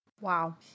Wow